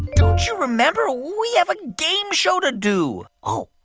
don't you remember we have a game show to do? oh,